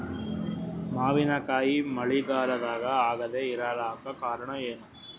ಮಾವಿನಕಾಯಿ ಮಳಿಗಾಲದಾಗ ಆಗದೆ ಇರಲಾಕ ಕಾರಣ ಏನದ?